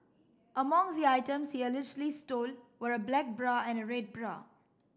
among the items he allegedly stole were a black bra and a red bra